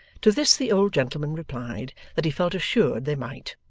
to this the old gentleman replied that he felt assured they might.